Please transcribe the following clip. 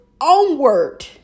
onward